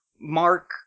Mark